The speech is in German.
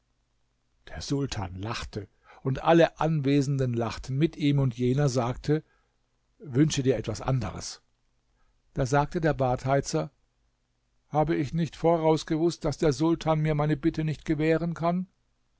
der sultan lachte und alle anwesenden lachten mit ihm und jener sagte wünsche dir etwas anderes da sagte der badheizer habe ich nicht voraus gewußt daß der sultan mir meine bitte nicht gewähren kann